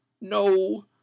No